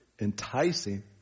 enticing